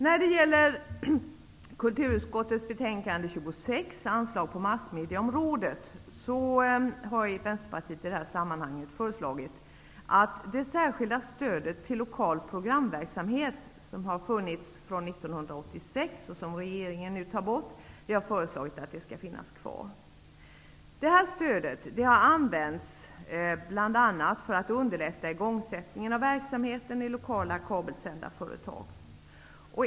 När det gäller kulturutskottets betänkande 26 om anslag på massmedieområdet har Vänsterpartiet föreslagit att det särskilda stöd till lokal programverksamhet som har funnits sedan 1986 och som regeringen nu vill ta bort skall få finnas kvar. Detta stöd har använts bl.a. för att underlätta igångsättandet av verksamheten i lokala kabelsändarföretag.